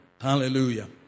Hallelujah